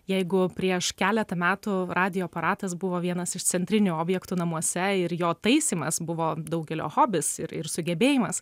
jeigu prieš keletą metų radijo aparatas buvo vienas iš centrinių objektų namuose ir jo taisymas buvo daugelio hobis ir ir sugebėjimas